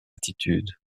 attitude